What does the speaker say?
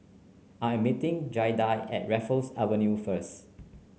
I am meeting Giada at Raffles Avenue first